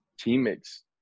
teammates